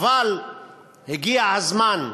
אבל הגיע הזמן,